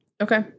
Okay